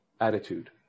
attitude